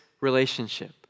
relationship